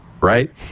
right